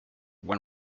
when